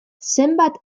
zenbat